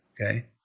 okay